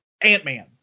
Ant-Man